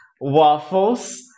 waffles